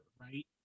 right